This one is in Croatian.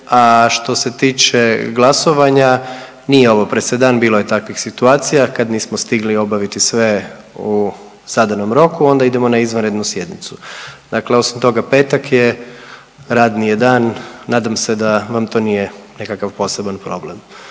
a što se tiče glasovanja nije ovo presedan, bilo je takvih situacija kad nismo stigli obaviti sve u zadanom roku, onda idemo na izvanrednu sjednicu. Dakle, osim toga petak je, radni je dan. Nadam se da vam to nije nekakav poseban problem,